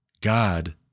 God